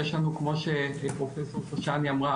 יש לנו כמו שפרופסור שושני אמרה,